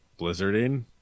blizzarding